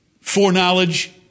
foreknowledge